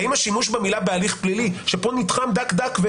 האם השימוש במילה "בהליך פלילי" שפה נתחם דק דק.